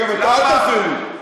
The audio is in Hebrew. אתה אל תפריע לי.